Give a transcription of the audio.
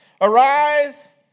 Arise